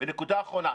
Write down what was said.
ונקודה אחרונה,